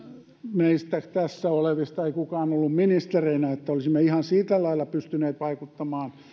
meistä tässä olevista ei kukaan ole ollut ministerinä että olisimme ihan sillä lailla pystyneet vaikuttamaan